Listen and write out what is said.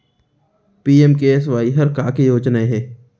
PMKSY हर का के योजना हे?